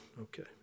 Okay